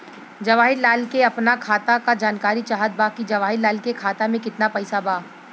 जवाहिर लाल के अपना खाता का जानकारी चाहत बा की जवाहिर लाल के खाता में कितना पैसा बा?